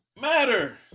matter